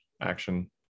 action